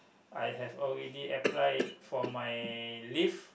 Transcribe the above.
I have already apply for my leave